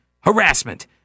harassment